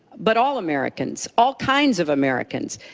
but all americans. all kinds of americans.